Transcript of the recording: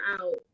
out